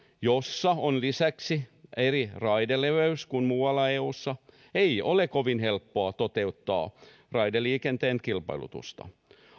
jossa on lisäksi eri raideleveys kuin muualla eussa ei ole kovin helppoa toteuttaa raideliikenteen kilpailutusta